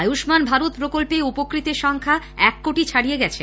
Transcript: আয়ুম্মান ভারত প্রকল্পে উপকৃতের সংখ্যা এক কোটি ছাড়িয়ে গেছে